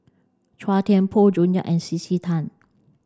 Chua Thian Poh June Yap and C C Tan